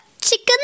chicken